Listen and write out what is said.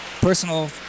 personal